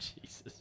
Jesus